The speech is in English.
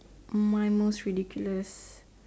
my most ridiculous